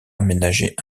aménagées